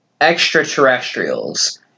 extraterrestrials